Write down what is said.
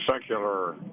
secular